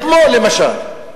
אתמול למשל,